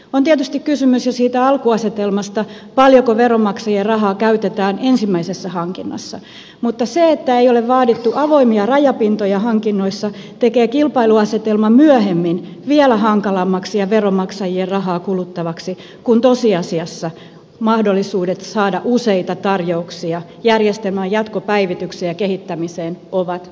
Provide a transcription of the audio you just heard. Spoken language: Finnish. on tietysti kysymys jo siitä alkuasetelmasta paljonko veronmaksajien rahaa käytetään ensimmäisessä hankinnassa mutta se että ei ole vaadittu avoimia rajapintoja hankinnoissa tekee kilpailuasetelman myöhemmin vielä hankalammaksi ja veronmaksajien rahaa kuluttavaksi kun tosiasiassa mahdollisuudet saada useita tarjouksia järjestelmän jatkopäivitykseen ja kehittämiseen ovat olemattomat